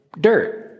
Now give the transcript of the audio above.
dirt